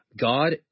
God